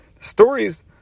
stories